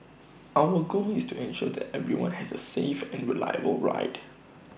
our goal is to ensure that everyone has A safe and reliable ride